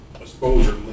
exposure